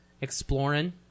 exploring